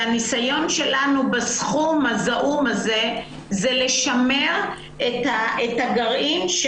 הניסיון שלנו בסכום הזעום הזה זה לשמר את הגרעין.